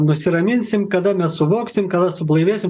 nusiraminsim kada mes suvoksim kada sublaivėsim